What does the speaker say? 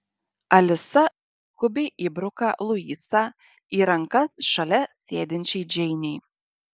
alisa skubiai įbruka luisą į rankas šalia sėdinčiai džeinei